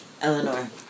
Eleanor